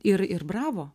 ir ir bravo